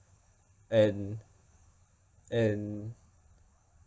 and and